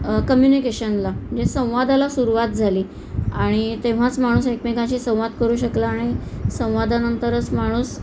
कम्युनिकेशनला म्हणजे संवादाला सुरुवात झाली आणि तेव्हाच माणूस एकमेकांशी संवाद करू शकला आणि संवादानंतरच माणूस